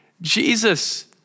Jesus